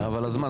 אבל הזמן,